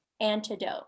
antidote